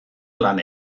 lan